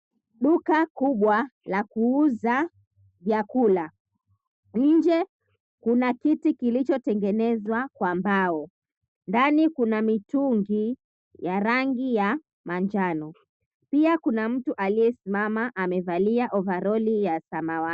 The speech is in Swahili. Duka kubwa la kuuza vyakula. Nje kuna kiti kilichotengenezwa kwa mbao. Ndani kuna mitungi ya rangi ya manjano. Pia kuna mtu aliyesimama amevalia ovaroli ya samawati.